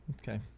Okay